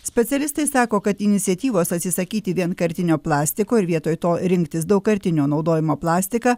specialistai sako kad iniciatyvos atsisakyti vienkartinio plastiko ir vietoj to rinktis daugkartinio naudojimo plastiką